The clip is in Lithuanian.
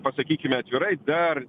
pasakykime atvirai dar